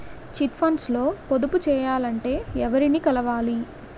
Chit funds లో పొదుపు చేయాలంటే ఎవరిని కలవాలి?